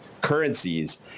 currencies